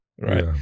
Right